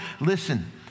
Listen